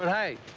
but hey,